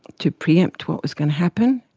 to pre-empt what was going to happen,